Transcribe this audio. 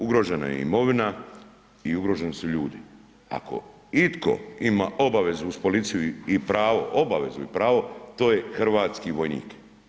Ugrožena je imovina i ugroženi su ljudi, ako itko ima obavezu uz policiju i pravo, obavezu i pravo to je hrvatski vojnik.